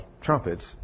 trumpets